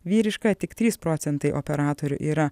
vyriška tik trys procentai operatorių yra